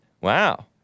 Wow